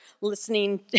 listening